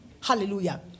Hallelujah